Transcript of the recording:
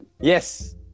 Yes